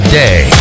day